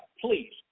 please